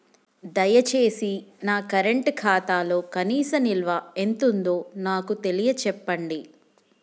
దయచేసి నా కరెంట్ ఖాతాలో కనీస నిల్వ ఎంతుందో నాకు తెలియచెప్పండి